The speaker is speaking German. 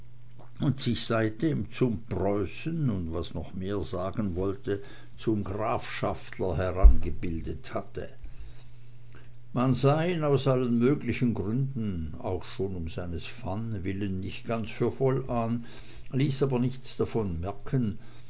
und sich seitdem zum preußen und was noch mehr sagen wollte zum grafschaftler herangebildet hatte man sah ihn aus allen möglichen gründen auch schon um seines van willen nicht ganz für voll an ließ aber nichts davon merken